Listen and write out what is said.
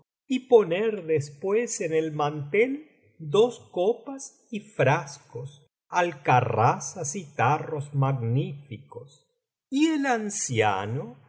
y poner después en el mantel dos copas y frascos alcarrazas y tarros magníficos y el anciano